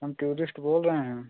हम टूरिस्ट बोल रहे हैं